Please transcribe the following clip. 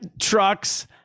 trucks